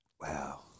Wow